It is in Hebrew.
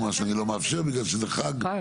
משהו שאני לא מאפשר, בגלל שזה חג.